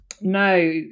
No